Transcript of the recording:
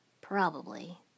Probably